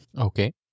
Okay